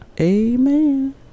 amen